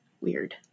weird